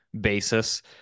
basis